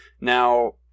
Now